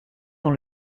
dans